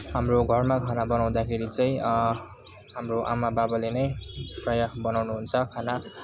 हाम्रो घरमा खाना बनाउँदाखेरि चाहिँ हाम्रो आमाबाबाले नै प्रायः बनाउनुहुन्छ खाना